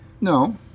No